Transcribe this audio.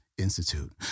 Institute